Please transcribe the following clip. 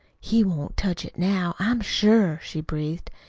he won't touch it now, i'm sure, she breathed.